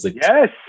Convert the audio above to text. Yes